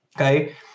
okay